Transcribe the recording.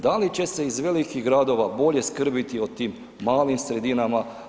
Da li će se iz velikih gradova bolje skrbiti o tim malim sredinama?